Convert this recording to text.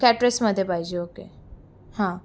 कॅटरेसमध्ये पाहिजे ओके हा